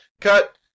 cut